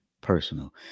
personal